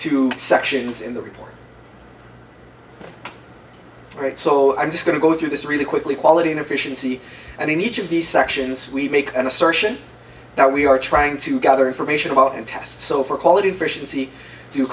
to sections in the report right so i'm just going to go through this really quickly quality and efficiency and in each of these sections we make an assertion that we are trying to gather information about and test so for qualit